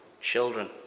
children